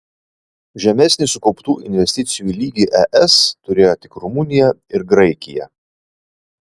žemesnį sukauptų investicijų lygį es turėjo tik rumunija ir graikija